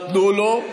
תנו לו.